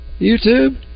YouTube